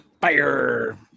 Fire